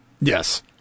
Yes